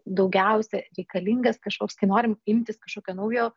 daugiausia reikalingas kažkoks kai norim imtis kažkokio naujo